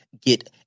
get